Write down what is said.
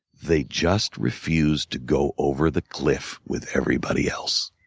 they just refused to go over the cliff with everybody else.